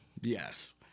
Yes